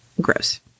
Gross